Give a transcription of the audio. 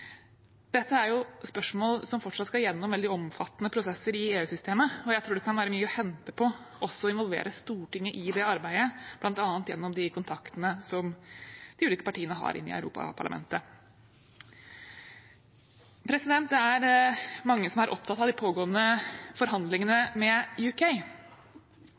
Dette er spørsmål som fortsatt skal gjennom veldig omfattende prosesser i EU-systemet, og jeg tror det kan være mye å hente på også å involvere Stortinget i det arbeidet, bl.a. gjennom de kontaktene de ulike partiene har i Europaparlamentet. Det er mange som er opptatt av de pågående forhandlingene med